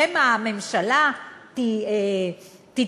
שמא הממשלה תתפזר,